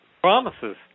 promises